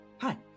Hi